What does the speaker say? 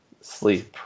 sleep